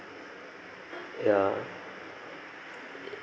ya